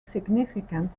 significant